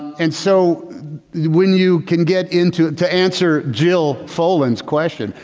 and so when you can get into it to answer jill foland's question,